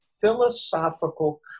philosophical